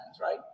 right